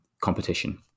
competition